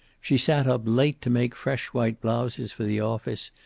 she sat up late to make fresh white blouses for the office,